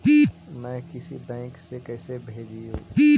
मैं किसी बैंक से कैसे भेजेऊ